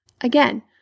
Again